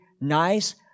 nice